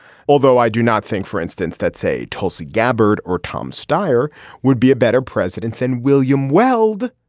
although i do not think for instance that say tulsi gabbard or tom stier would be a better president than william weld.